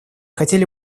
хотели